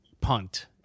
punt